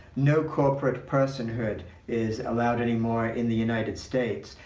no corporate personhood is allowed anymore in the united states,